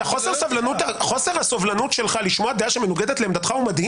את חוסר הסובלנות שלך לשמוע דעה שמנוגדת לעמדתך הוא מדהים.